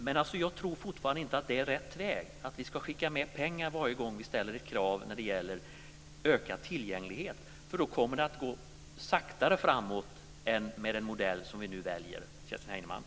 Men jag tror fortfarande inte att det är rätt väg att vi skickar mer pengar varje gång vi ställer krav på ökad tillgänglighet. Då kommer det att gå långsammare framåt än med den modell som vi nu väljer, Kerstin Heinemann.